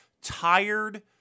tired